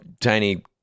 tiny